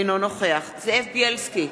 אינו נוכח זאב בילסקי,